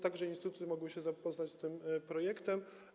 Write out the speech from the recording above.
Tak że instytuty mogły się zapoznać z tym projektem.